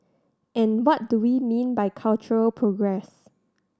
and what do we mean by cultural progress